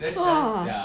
!wah!